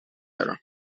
batter